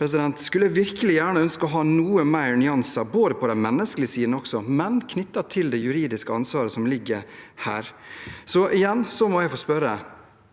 Jeg skulle virkelig ønske å ha noe mer nyanser, på de menneskelige sidene også, men særlig knyttet til det juridiske ansvaret som ligger her. Igjen må jeg få spørre: